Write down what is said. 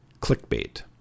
Clickbait